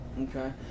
Okay